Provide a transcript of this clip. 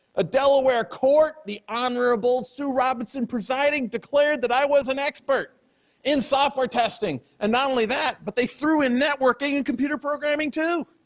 a delaware court, the honorable sue robinson presiding, declared that i was an expert in software testing. and not only that, but they threw in networking and computer programming, too.